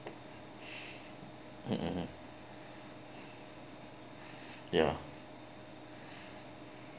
mmhmm ya